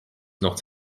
not